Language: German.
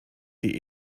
die